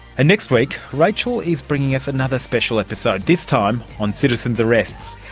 and next week rachel is bringing us another special episode, this time on citizen arrests.